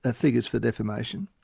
ah figures for defamation,